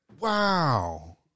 Wow